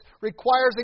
requires